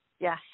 Yes